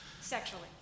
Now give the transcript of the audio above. sexually